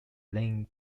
than